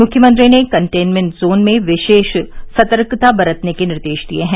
मुख्यमंत्री ने containment zone में विशेष सतर्कता बरतने के निर्देश दिए हैं